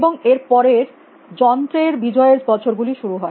এবং এর পরে যন্ত্রের বিজয়ের বছর গুলি শুরু হয়